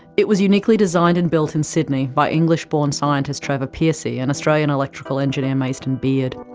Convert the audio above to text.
it was uniquely designed and built, in sydney, by english-born scientist trevor pearcey and australian electrical engineer maston beard.